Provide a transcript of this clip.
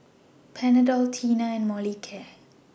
Panadol Tena and Molicare